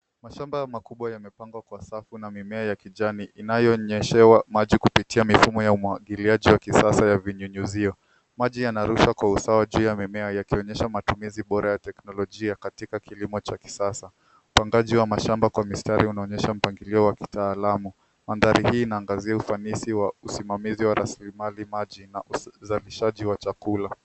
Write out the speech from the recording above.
Mashamba makubwa yamepangwa kwa safu na mimea ya kijani inayonyeshewa maji kupitia mifumo ya umwagiliaji wa kisasa ya vinyunyizio. Maji yanarushwa kwa usawa yakionyesha matumizi bora ya teknolojia katika kilimo cha kisasa. Upandaji wa mashamba kwa mistari unaonyesha mpangilio wa kitaalamu. Mandhari hii inaangazia usanifu wa usimamizi wa rasilimali, maji na uzalishaji wa chakula.